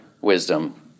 wisdom